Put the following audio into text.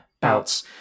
bouts